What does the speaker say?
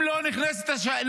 אם לא נכניס את השב"כ,